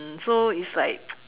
mm so it's like